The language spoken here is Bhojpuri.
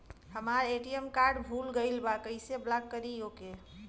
हमार ए.टी.एम कार्ड भूला गईल बा कईसे ब्लॉक करी ओके?